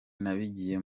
n’abagiye